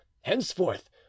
henceforth